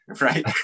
right